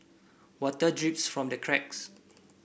water drips from the cracks